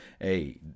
Hey